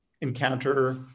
encounter